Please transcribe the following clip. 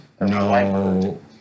No